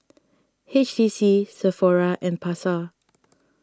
H T C Sephora and Pasar